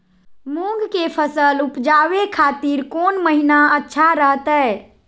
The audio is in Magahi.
मूंग के फसल उवजावे खातिर कौन महीना अच्छा रहतय?